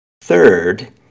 Third